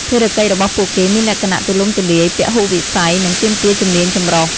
ភារកិច្ចរបស់ពួកគេមានលក្ខណៈទូលំទូលាយ ពហុវិស័យ និងទាមទារជំនាញចម្រុះ។